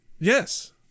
Yes